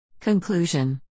Conclusion